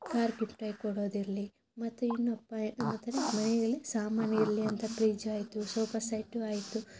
car ಗಿಫ್ಟಾಗಿ ಕೊಡೋದು ಇರಲಿ ಮತ್ತು ಇನ್ನು ಮನೆಯಲ್ಲಿ ಸಾಮಾನು ಇರಲಿ ಅಂತ ಪ್ರಿಜ್ ಆಯಿತು ಸೋಪಾ ಸೆಟ್ಟು ಆಯಿತು